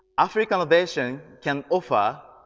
africannovation can offer